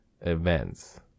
events